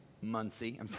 Muncie